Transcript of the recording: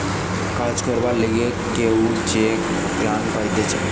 কাজ করবার লিগে কেউ যে গ্রান্ট পাইতেছে